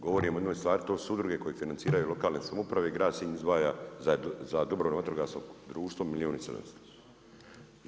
Govorim o jednoj stvari, to su udruge koje financiraju lokalne samouprave i grad Sinj izdvaja za dobrovoljno vatrogasno društvo milijun i 700.